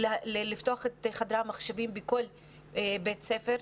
לפתוח את חדרי המחשבים בכל בית ספר.